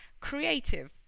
creative